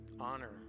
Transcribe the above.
Honor